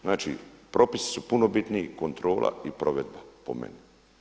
Znači propisi su puno bitniji, kontrola i provedba po meni.